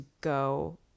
go